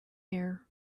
air